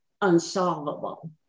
unsolvable